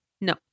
No